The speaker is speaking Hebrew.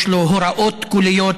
יש לו הוראות קוליות